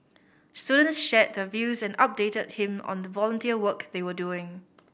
students shared the views and updated him on the volunteer work they were doing